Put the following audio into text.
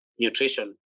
nutrition